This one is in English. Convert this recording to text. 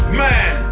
man